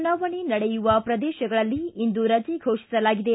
ಚುನಾವಣೆ ನಡೆಯುವ ಪ್ರದೇಶಗಳಲ್ಲಿ ಇಂದು ರಜೆ ಘೋಷಿಸಲಾಗಿದೆ